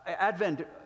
Advent